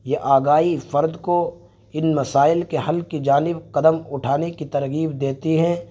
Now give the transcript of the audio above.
یہ آگاہی فرد کو ان مسائل کے حل کی جانب قدم اٹھانے کی ترغیب دیتی ہیں